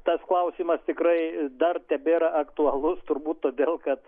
tas klausimas tikrai dar tebėra aktualus turbūt todėl kad